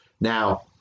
Now